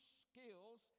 skills